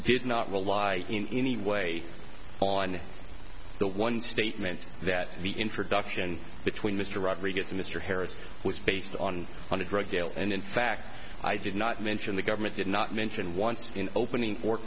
did not rely in any way on the one statement that the introduction between mr rodriguez mr harris was based on on a drug deal and in fact i did not mention the government did not mention once in opening or